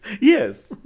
Yes